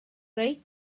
reit